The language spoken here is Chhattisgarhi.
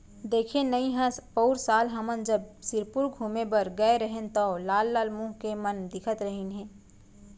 देखे नइ हस पउर साल हमन जब सिरपुर घूमें बर गए रहेन तौ लाल लाल मुंह के मन दिखत रहिन हे